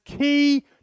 key